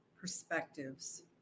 perspectives